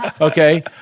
okay